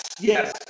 yes